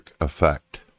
effect